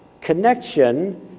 connection